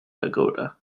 dakota